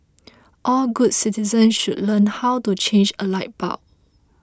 all good citizens should learn how to change a light bulb